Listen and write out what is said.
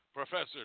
Professor